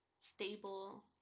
stable